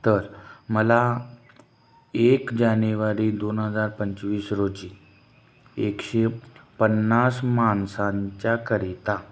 तर मला एक जानेवारी दोन हजार पंचवीस रोजी एकशे पन्नास माणसांच्या करिता